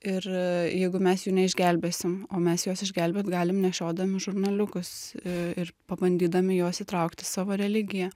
ir jeigu mes jų neišgelbėsim o mes juos išgelbėt galim nešiodami žurnaliukus ir pabandydami juos įtraukt į savo religiją